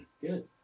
Good